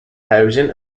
housing